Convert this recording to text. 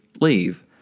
leave